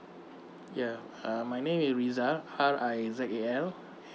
ya uh my name is rizal R I Z A L